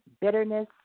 bitterness